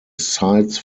sites